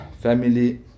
family